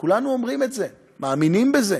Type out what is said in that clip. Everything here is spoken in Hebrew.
כולנו אומרים את זה, מאמינים בזה.